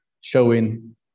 showing